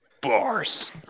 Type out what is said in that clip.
Bars